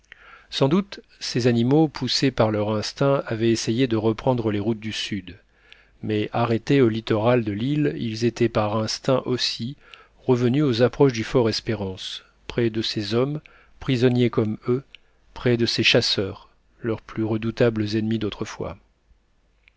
sans doute ces animaux poussés par leur instinct avaient essayé de reprendre les routes du sud mais arrêtés au littoral de l'île ils étaient par instinct aussi revenus aux approches du fortespérance près de ces hommes prisonniers comme eux près de ces chasseurs leurs plus redoutables ennemis d'autrefois